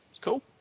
Cool